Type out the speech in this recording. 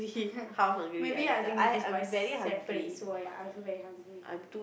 maybe I think we just buy separate so I I also very hungry